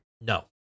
No